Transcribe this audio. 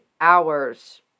hours